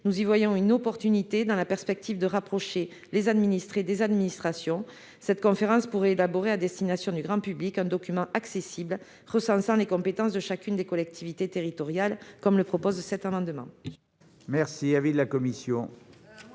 Nous y voyons une opportunité, dans la perspective de rapprocher les administrés des administrations. Cette conférence pourrait ainsi élaborer, à destination du grand public, un document accessible recensant les compétences de chacune des collectivités territoriales. Tel est le sens de cet amendement. Quel est l'avis de la commission